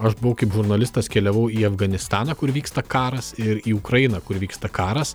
aš buvau kaip žurnalistas keliavau į afganistaną kur vyksta karas ir į ukrainą kur vyksta karas